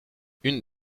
une